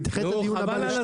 רק בארץ